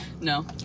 No